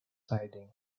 siding